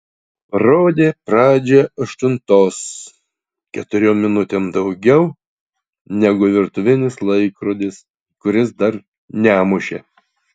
rodė pradžią aštuntos keturiom minutėm daugiau negu virtuvinis laikrodis kuris dar nemušė